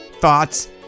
thoughts